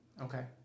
Okay